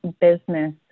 business